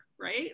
right